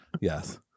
Yes